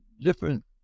different